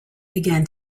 began